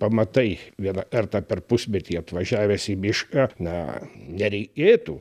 pamatai vieną kartą per pusmetį atvažiavęs į mišką na nereikėtų